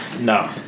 No